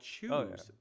choose